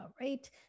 Right